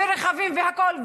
ורכבים והכול.